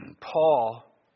Paul